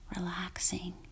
relaxing